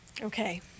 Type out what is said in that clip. Okay